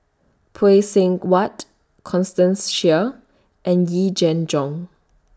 Phay Seng Whatt Constance Sheares and Yee Jenn Jong